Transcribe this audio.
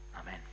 Amen